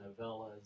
novellas